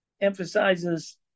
emphasizes